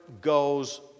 Goes